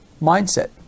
mindset